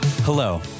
Hello